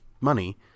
money